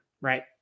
right